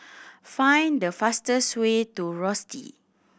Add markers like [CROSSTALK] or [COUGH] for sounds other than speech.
[NOISE] find the fastest way to Rosyth